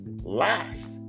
last